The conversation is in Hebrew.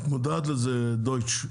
את מודעת לזה, דויטש,